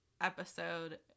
episode